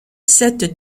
cette